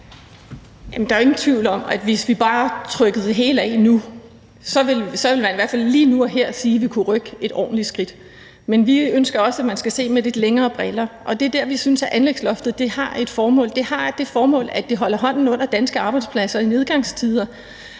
jo ikke ingen tvivl om, at hvis vi trykkede det hele af nu, så ville man i hvert fald lige nu og her sige, at vi kunne rykke et ordentligt skridt. Men vi ønsker også, at man skal se på det i et lidt længere perspektiv, og det er der, hvor vi synes, at anlægsloftet har et formål. Det har det formål, at det holder hånden under danske arbejdspladser i nedgangstider,